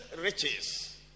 riches